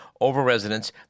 over-residents